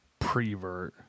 prevert